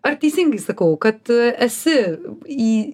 ar teisingai sakau kad esi į